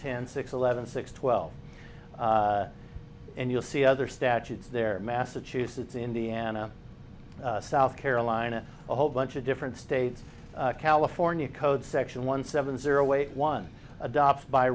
ten six eleven six twelve and you'll see other statutes there massachusetts indiana south carolina a whole bunch of different states california code section one seven zero eight one adopts by